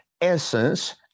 essence